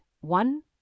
one